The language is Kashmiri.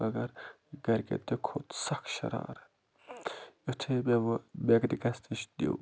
مگر گَرِکٮ۪ن تہِ کھوٚت سَکھ شرارَت یُتھٕے مےٚ وۄنۍ مٮ۪کنِکَس نِش نیوٗ